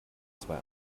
zwei